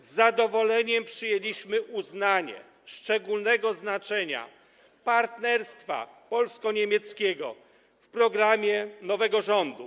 Z zadowoleniem przyjęliśmy uznanie szczególnego znaczenia partnerstwa polsko-niemieckiego w programie nowego rządu.